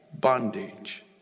bondage